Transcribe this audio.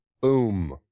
Boom